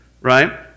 right